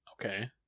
Okay